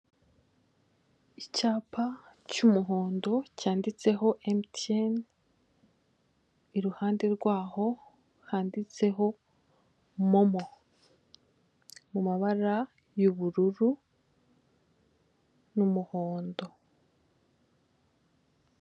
Icyapa cy'umuhondo cyanditsemo emutiyeni, iruhande rwaho handitseho momo. Mu mabara y'ubururu n'umuhondo.